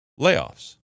Layoffs